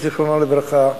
זיכרונו לברכה,